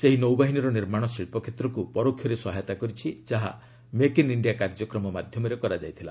ସେହି ନୌବାହିନୀର ନିର୍ମାଣ ଶିଳ୍ପ କ୍ଷେତ୍ରକୁ ପରୋକ୍ଷରେ ସହାୟତା କରିଛି ଯାହା ମେକ୍ ଇନ୍ ଇଷ୍ଡିଆ କାର୍ଯ୍ୟକ୍ରମ ମାଧ୍ୟମରେ କରାଯାଇଥିଲା